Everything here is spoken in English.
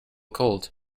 cold